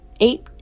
eight